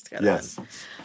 Yes